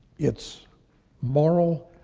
it's moral.